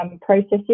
processes